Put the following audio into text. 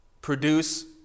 produce